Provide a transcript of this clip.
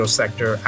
sector